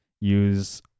use